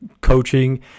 coaching